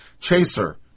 Chaser